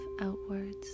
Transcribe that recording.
outwards